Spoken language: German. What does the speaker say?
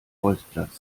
bolzplatz